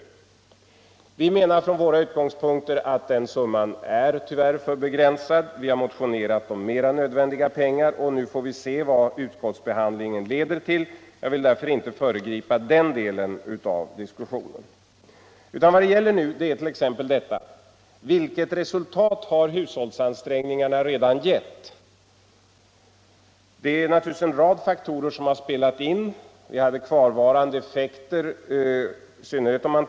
Vi menar att den summan från våra utgångspunkter tyvärr är alltför begränsad. Vi har motionerat om mera nödvändiga pengar, och nu får vi avvakta och se vad utskottsbehandlingen leder till. Jag vill därför inte föregripa den delen av diskussionen. Vad frågan nu gäller är t.ex. vilket resultat hushållsansträngningarna redan har gett. Det finns naturligtvis en rad faktorer som har spelat in, i synnerhet om man tar in även företagen i bilden.